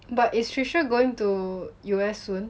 but is tricia going to U_S soon